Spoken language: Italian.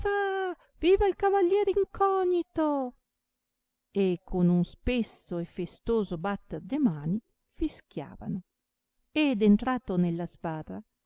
viva viva il cavalier incognito e con un spesso e festoso batter de mani fischiavano ed entrato nella sbarra